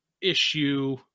issue